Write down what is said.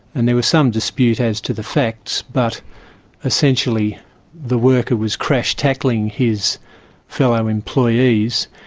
and there was some dispute as to the facts, but essentially the worker was crash-tackling his fellow employees,